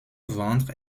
ventre